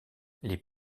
les